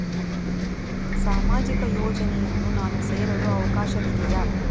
ಸಾಮಾಜಿಕ ಯೋಜನೆಯನ್ನು ನಾನು ಸೇರಲು ಅವಕಾಶವಿದೆಯಾ?